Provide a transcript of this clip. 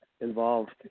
involved